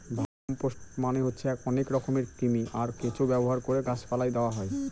vermicompost মানে হচ্ছে অনেক রকমের কৃমি, আর কেঁচো ব্যবহার করে গাছ পালায় দেওয়া হয়